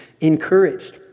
encouraged